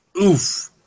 Oof